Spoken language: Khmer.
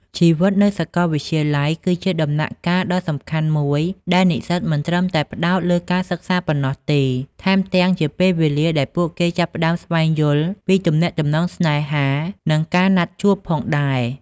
ជីវិតនៅសកលវិទ្យាល័យ គឺជាដំណាក់កាលដ៏សំខាន់មួយដែលនិស្សិតមិនត្រឹមតែផ្តោតលើការសិក្សាប៉ុណ្ណោះទេ ថែមទាំងជាពេលវេលាដែលពួកគេចាប់ផ្ដើមស្វែងយល់ពីទំនាក់ទំនងស្នេហា និងការណាត់ជួបផងដែរ។